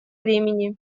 времени